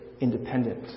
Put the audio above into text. independent